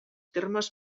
termes